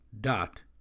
dot